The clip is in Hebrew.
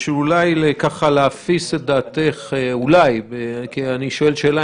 בשביל אולי ככה להפיס את דעתך כי אני שואל שאלה